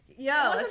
Yo